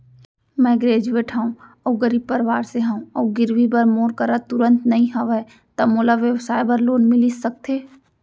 मैं ग्रेजुएट हव अऊ गरीब परवार से हव अऊ गिरवी बर मोर करा तुरंत नहीं हवय त मोला व्यवसाय बर लोन मिलिस सकथे?